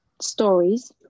stories